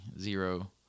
zero